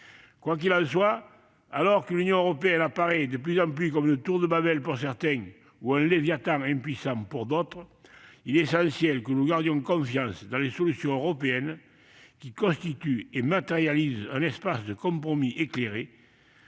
Quoi qu'il en soit, alors que l'Union européenne apparaît de plus en plus comme une tour de Babel pour certains, ou un Léviathan impuissant pour d'autres, il est fondamental que nous gardions confiance dans les solutions européennes, qui constituent et matérialisent un espace de compromis éclairé,